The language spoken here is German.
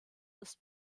ist